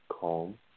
calm